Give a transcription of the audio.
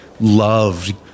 loved